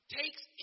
takes